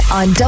on